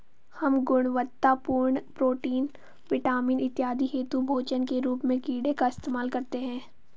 हम गुणवत्तापूर्ण protein, vitamin इत्यादि हेतु भोजन के रूप में कीड़े का इस्तेमाल करते हैं